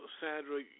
Sandra